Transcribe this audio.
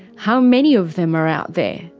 how many of them are out there,